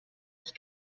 ich